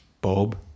Bob